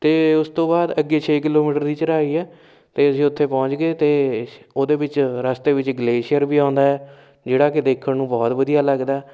ਅਤੇ ਉਸ ਤੋਂ ਬਾਅਦ ਅੱਗੇ ਛੇ ਕਿਲੋਮੀਟਰ ਦੀ ਚੜਾਈ ਹੈ ਅਤੇ ਅਸੀਂ ਉੱਥੇ ਪਹੁੰਚ ਗਏ ਅਤੇ ਉਹਦੇ ਵਿੱਚ ਰਸਤੇ ਵਿੱਚ ਗਲੇਸ਼ੀਅਰ ਵੀ ਆਉਂਦਾ ਜਿਹੜਾ ਕਿ ਦੇਖਣ ਨੂੰ ਬਹੁਤ ਵਧੀਆ ਲੱਗਦਾ